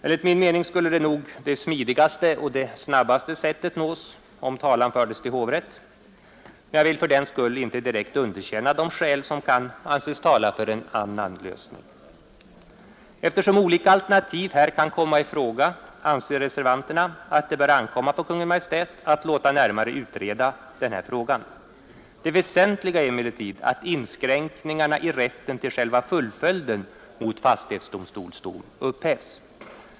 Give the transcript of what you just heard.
Enligt min mening skulle nog det smidigaste och snabbaste sättet nås, om talan fördes till hovrätt, men jag vill inte fördenskull direkt underkänna de skäl som kan anses tala för en annan lösning. Eftersom olika alternativ här kan komma i fråga, anser reservanterna att det bör ankomma på Kungl. Maj:t att låta närmare utreda denna fråga. Det väsentliga är emellertid att inskränkningarna i rätten till själva fullföljden mot fastighetsdomstols dom upphävs.